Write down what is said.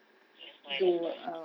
that's why that's why